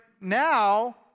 now